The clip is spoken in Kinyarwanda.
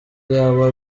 yaba